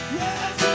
yes